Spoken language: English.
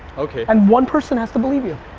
okay. and one person has to believe you.